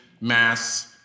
mass